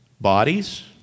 bodies